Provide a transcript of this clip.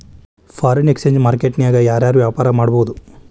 Foreign exchange market ನ್ಯಾಗ ಯಾರ್ ಯಾರ್ ವ್ಯಾಪಾರಾ ಮಾಡ್ಬೊದು?